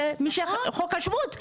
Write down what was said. חוק השבות,